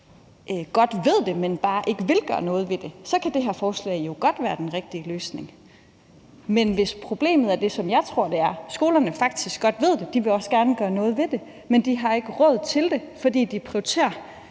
godt ved det, men bare ikke vil gøre noget ved det, kan det her forslag jo godt være den rigtige løsning. Men hvis problemet er det, som jeg tror det er, nemlig at skolerne faktisk godt ved det og også gerne vil gøre noget ved det, men ikke har råd til det, fordi de prioriterer,